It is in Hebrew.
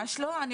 ממש לא.